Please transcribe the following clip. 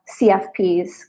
CFPs